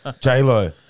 J-Lo